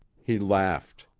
he laughed.